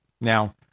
Now